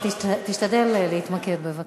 תשתדל להתמקד, בבקשה.